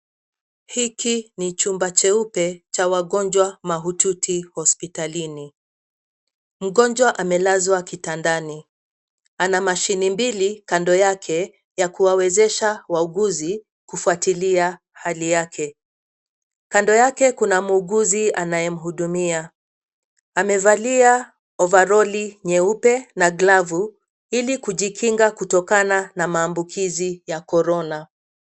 Hiki ni chumba cheupe cha wagonjwa mahututi hospitalini. Mgonjwa amelazwa kitandani, ana mashini mbili kando yake ya kuwawezesha wauguzi kufuatilia hali yake. Kando yake kuna muuguzi anayemhudumia, amevalia ovaroli nyeupe na glavu, ilikujikinga kutokana na maambukizi ya Corona .